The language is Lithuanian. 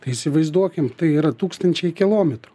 tai įsivaizduokim tai yra tūkstančiai kilometrų